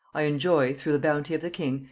i enjoy, through the bounty of the king,